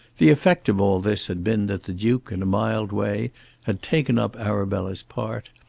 the effect of all this had been that the duke in a mild way had taken up arabella's part,